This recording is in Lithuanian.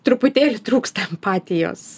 truputėlį trūksta empatijos